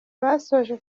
basoje